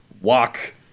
walk